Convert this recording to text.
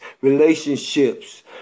relationships